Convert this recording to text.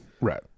Right